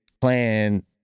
plan